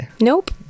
Nope